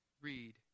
read